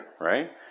Right